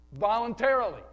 voluntarily